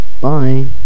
Bye